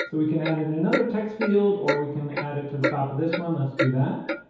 so we can add in another text field or we can add it to the top of this one, let's do that.